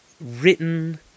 written